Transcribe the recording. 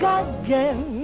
again